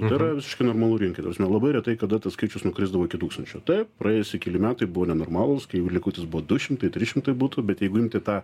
tai yra visiškai normalu rinkai ta prasme labai retai kada tas skaičius nukrisdavo iki tūkstančio taip praėjusi keli metai buvo nenormalūs kai jau likutis buvo du šimtai trys šimtai butų bet jeigu imti tą